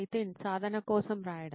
నితిన్ సాధన కోసం రాయడం